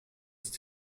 ist